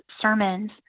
sermons